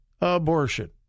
abortion